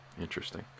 interesting